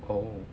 oh